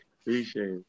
Appreciate